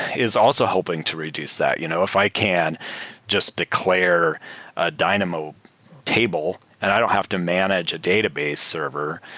is also hoping to reduce that. you know if i can just declare a dynamo table and i don't have to manage a database server,